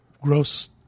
gross